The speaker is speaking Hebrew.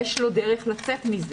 יש לו דרך לצאת מזה.